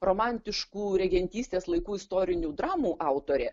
romantiškų regentystės laikų istorinių dramų autorė